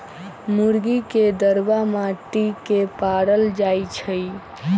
मुर्गी के दरबा माटि के पारल जाइ छइ